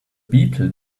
beetle